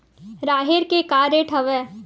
राहेर के का रेट हवय?